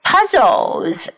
Puzzles